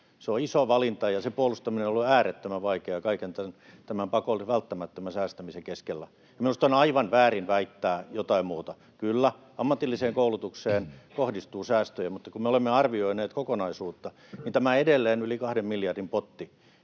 Se on iso valinta, ja sen puolustaminen on ollut äärettömän vaikeaa kaiken tämän välttämättömän säästämisen keskellä. Minusta on aivan väärin väittää jotain muuta. Kyllä, ammatilliseen koulutukseen kohdistuu säästöjä, mutta kun me olemme arvioineet kokonaisuutta, niin tämä edelleen yli kahden miljardin potti